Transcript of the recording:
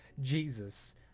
Jesus